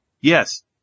Yes